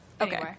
Okay